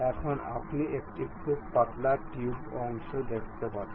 এখন আপনি একটি খুব পাতলা টিউব অংশ দেখতে পাচ্ছেন